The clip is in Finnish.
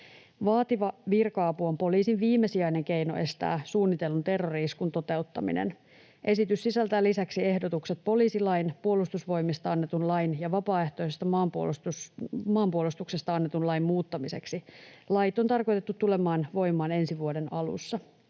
Vaativa virka-apu on poliisin viimesijainen keino estää suunnitellun terrori-iskun toteuttaminen. Esitys sisältää lisäksi ehdotukset poliisilain, puolustusvoimista annetun lain ja vapaaehtoisesta maanpuolustuksesta annetun lain muuttamiseksi. Lait on tarkoitettu tulemaan voimaan ensi vuoden alussa.